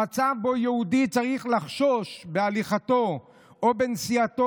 המצב שבו יהודי צריך לחשוש בהליכתו או בנסיעתו